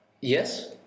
Yes